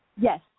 Yes